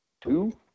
Two